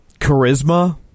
Charisma